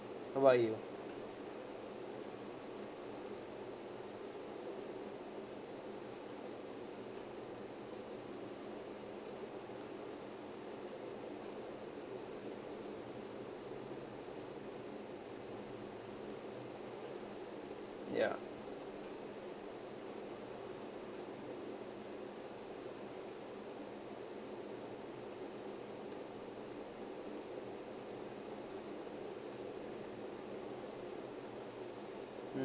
how about you ya mm